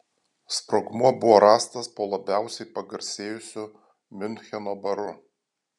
sprogmuo buvo rastas po labiausiai pagarsėjusiu miuncheno baru